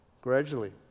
gradually